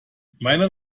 meine